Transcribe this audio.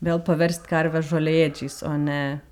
vėl paverst karvę žolėdžiais o ne